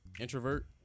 introvert